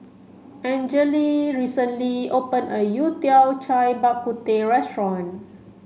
Angele recently open a Yao Tiao Cai Bak Kut Teh restaurant